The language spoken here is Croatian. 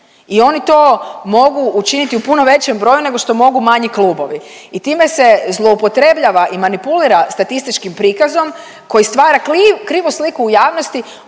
i oni to mogu učiniti u puno većem broju nego što mogu manji klubovi i time se zloupotrebljava i manipulira statističkim prikazom koji stvara krivu sliku u javnosti